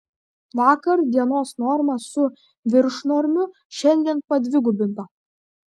vakar dienos norma su viršnormiu šiandien padvigubinta